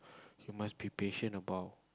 you must be patient about